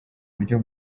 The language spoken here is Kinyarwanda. buryo